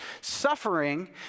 suffering